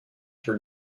her